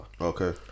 okay